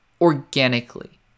organically